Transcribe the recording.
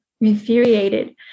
infuriated